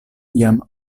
jam